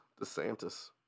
DeSantis